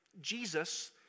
Jesus